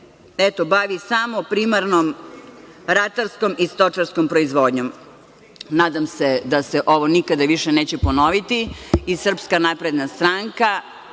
se bavi samo primarnom ratarskom i stočarskom proizvodnjom. Nadam se da se ovo nikada više neće ponoviti i SNS ima tu